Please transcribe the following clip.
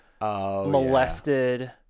molested